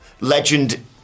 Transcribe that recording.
legend